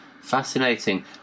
Fascinating